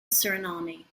suriname